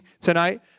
tonight